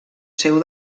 seu